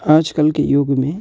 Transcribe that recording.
आजकल के युग में